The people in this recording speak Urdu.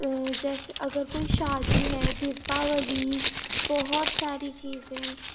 جیسے اگر کوئی شادی ہے دیپاولی بہت ساری چیزیں